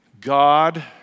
God